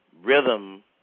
rhythm